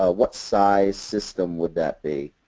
ah what size system would that be?